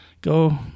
go